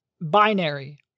binary